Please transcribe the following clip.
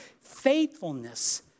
Faithfulness